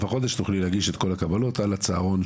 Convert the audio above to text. החודש תוכלי להגיש את כל הקבלות על הצהרון,